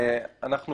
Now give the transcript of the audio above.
גם אנחנו